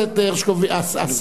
אתה מבהיר את ההיסטוריה.